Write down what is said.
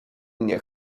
nie